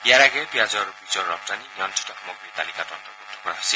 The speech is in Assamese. ইয়াৰ আগেয়ে পিয়াজৰ বীজৰ ৰপ্তানি নিয়ন্নিত সামগ্ৰীৰ তালিকাত অন্তৰ্ভক্ত কৰা হৈছিল